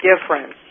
difference